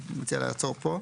אני מציע לעצור פה.